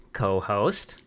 co-host